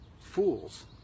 fools